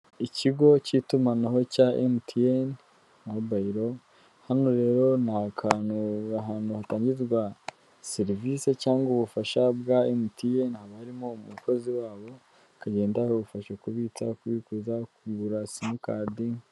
Ikigo cy'itumanaho cya MTN Mobile, hano rero ni akantu, ni ahantu hatangirwa serivisi cyangwa ubufasha bwa MTN, ahantu harimo umukozi wabo akagenda agufasha kubitsa, kubiza, kugura simukadi.